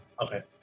Okay